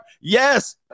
Yes